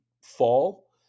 fall